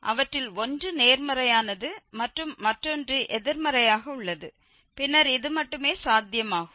எனவே அவற்றில் ஒன்று நேர்மறையானது மற்றும் மற்றொன்று எதிர்மறையாக உள்ளது பின்னர் இது மட்டுமே சாத்தியமாகும்